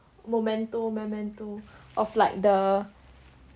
momento momento of like the